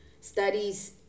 Studies